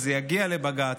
וזה יגיע לבג"ץ,